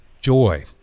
joy